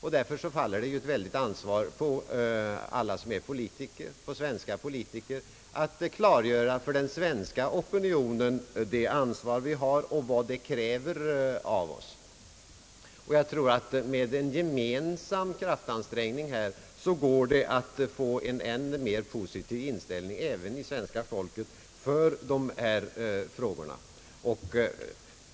Därför faller det ett väldigt ansvar på alla svenska politiker att klargöra för den svenska opinionen svenska folkets ansvar och vad det kräver av oss. Jag tror att det med en gemensam kraftansträngning går att få en ännu mer positiv inställning även hos svenska folket för dessa frågor.